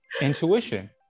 intuition